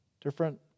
different